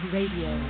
Radio